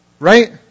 Right